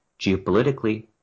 geopolitically